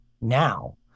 now